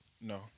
No